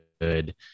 good